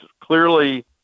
clearly